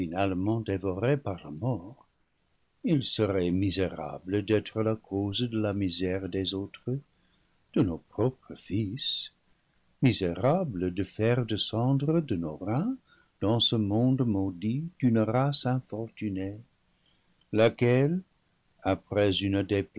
par la mort il serait mi sérable d'être la cause de la misère des autres de nos propres fils misérable de faire descendre de nos reins dans ce monde maudit une race infortunée laquelle après une